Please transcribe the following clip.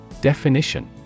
Definition